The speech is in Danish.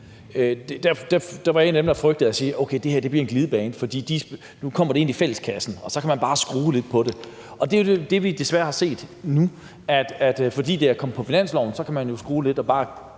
var jeg en af dem, der frygtede, at det her ville blive en glidebane, for nu kom det ind i fælleskassen, og så kan man bare skrue lidt på det. Og det er jo det, vi desværre har set nu, at fordi det er kommet på finansloven, kan man jo skrue lidt og bare